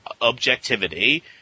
objectivity